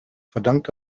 verdankt